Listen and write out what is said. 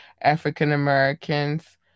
African-Americans